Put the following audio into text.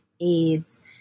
AIDS